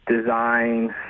design